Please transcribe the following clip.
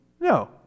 No